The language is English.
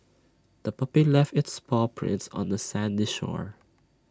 the puppy left its paw prints on the sandy shore